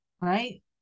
Right